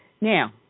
Now